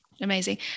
amazing